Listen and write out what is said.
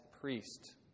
priest